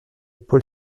paul